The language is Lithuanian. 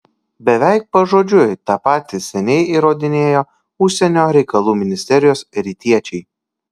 beveik pažodžiui tą patį seniai įrodinėjo užsienio reikalų ministerijos rytiečiai